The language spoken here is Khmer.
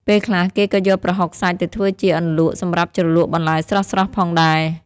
ពេលខ្លះគេក៏យកប្រហុកសាច់ទៅធ្វើជា អន្លក់ សម្រាប់ជ្រលក់បន្លែស្រស់ៗផងដែរ។